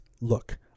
look